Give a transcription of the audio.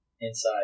inside